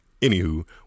anywho